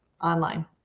online